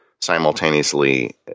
simultaneously